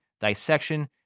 dissection